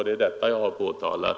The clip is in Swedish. Det är detta jag har påtalat.